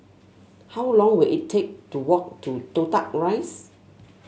how long will it take to walk to Toh Tuck Rise